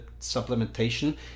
supplementation